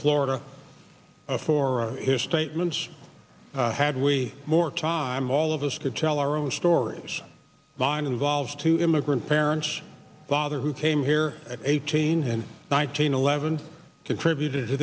florida for his statements had we more time all of us to tell our own stories nine involves two immigrant parents father who came here at eighteen and nineteen eleven contributed to